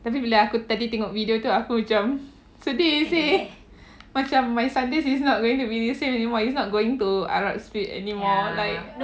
tapi bila tadi aku tengok video tu sedih seh macam my sundays is not going to be the same anymore it's not going to arab street anymore like